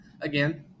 again